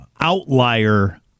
outlier